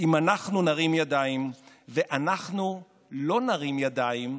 אם אנחנו נרים ידיים, ואנחנו לא נרים ידיים.